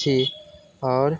छी और